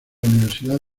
universidad